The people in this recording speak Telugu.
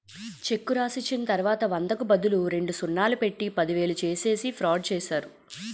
చెక్కు రాసిచ్చిన తర్వాత వందకు బదులు రెండు సున్నాలు పెట్టి పదివేలు చేసేసి ఫ్రాడ్ చేస్తారు